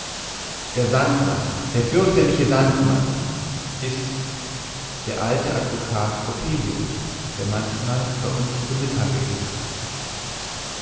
der sandmann der fürchterliche sandmann ist der alte advokat coppelius der manchmal bei uns zu mittage ißt